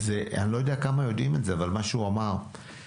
לא יודע כמה יודעים את זה אבל מה שהוא אמר משגע.